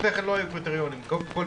לפני כן לא היו קריטריונים של חולים קשים,